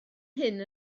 hyn